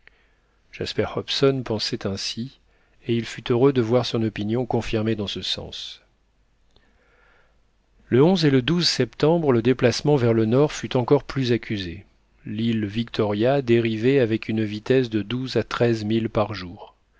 jasper hobson pensait ainsi et il fut heureux de voir son opinion confirmée dans ce sens le et le septembre le déplacement vers le nord fut encore plus accusé l'île victoria dérivait avec une vitesse de douze à treize milles par jour